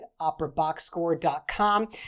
operaboxscore.com